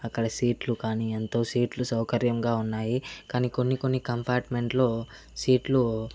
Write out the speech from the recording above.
అక్కడ సీట్లు కానీ ఎంతో సీట్లు సౌకర్యంగా ఉన్నాయి కానీ కొన్ని కొన్ని కంపార్ట్మెంట్ లో సీట్లు